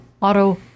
auto